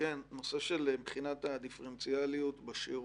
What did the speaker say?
הנושא של בחינת הדיפרנציאליות בשירות.